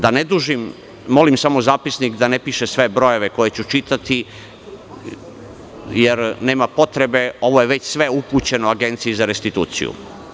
Da ne dužim, molim samo zapisnik da ne piše sve brojeve koje ću čitati jer nema potrebe, ovo je već sve upućeno Agenciji za restituciju.